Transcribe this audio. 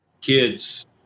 kids